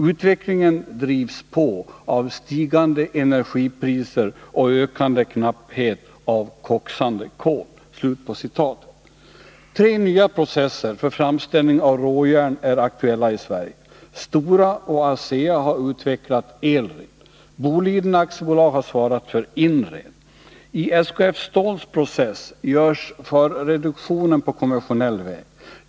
Utvecklingen drivs på av stigande energipriser och ökande knapphet av koksande kol.” Tre nya processer för framställning av råjärn är aktuella i Sverige. Stora Kopparberg och ASEA har utvecklat ELRED. Boliden AB har svarat för INRED. I SKF Ståls process görs förreduktionen på konventionell väg.